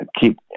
keep